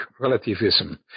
relativism